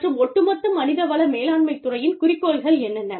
மற்றும் ஒட்டுமொத்த மனித வள மேலாண்மைத் துறையின் குறிக்கோள்கள் என்னென்ன